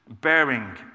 bearing